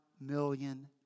million